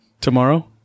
tomorrow